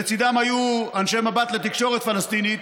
לצידם היו אנשי "מבט לתקשורת פלסטינית",